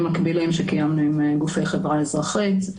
מקבילים שקיימנו עם גופי חברה אזרחית.